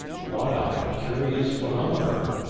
what a pecurious phenometer!